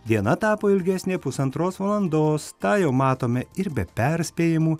diena tapo ilgesnė pusantros valandos tą jau matome ir be perspėjimų